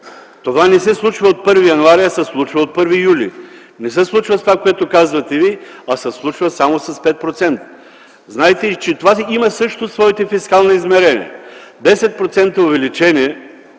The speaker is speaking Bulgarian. това не се случва от 1 януари, а се случва от 1 юли, не се случва с това, което казвате Вие, а се случва само с 5%. Знаете, че това също има своите фискални измерения - 10% увеличение